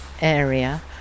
area